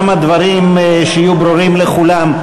כמה דברים שיהיו ברורים לכולם.